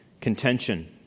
Contention